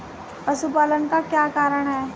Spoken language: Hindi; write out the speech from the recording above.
पशुपालन का क्या कारण है?